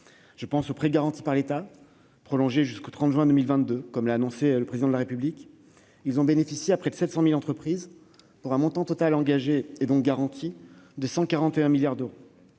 Je pense aux prêts garantis par l'État, prolongés jusqu'au 30 juin 2022, comme l'a annoncé le Président de la République. Près de 700 000 entreprises en ont bénéficié, pour un montant total engagé- donc garanti -de 141 milliards d'euros.